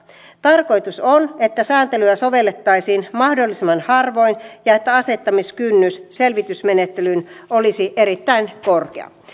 tarkoitus on että sääntelyä sovellettaisiin mahdollisimman harvoin ja että asettamiskynnys selvitysmenettelyyn olisi erittäin korkea